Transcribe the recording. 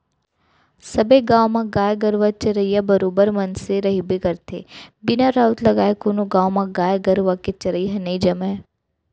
सबे गाँव म गाय गरुवा चरइया बरोबर मनसे रहिबे करथे बिना राउत लगाय कोनो गाँव म गाय गरुवा के चरई ह नई जमय